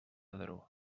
daró